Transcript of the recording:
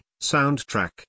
soundtrack